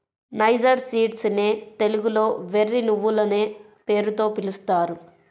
niger seeds నే తెలుగులో వెర్రి నువ్వులనే పేరుతో పిలుస్తారు